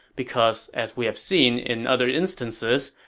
because, as we have seen in other instances,